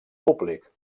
públic